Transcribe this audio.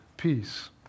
peace